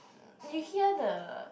you hear the